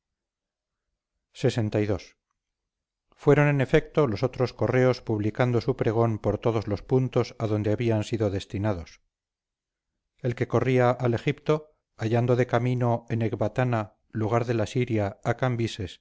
ciro lxii fueron en efecto los otros correos publicando su pregón por todos los puntos adonde habían sido destinados el que corría al egipto hallando de camino en ecbatana lugar de la siria a cambises